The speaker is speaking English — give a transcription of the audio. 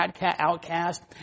outcast